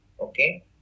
Okay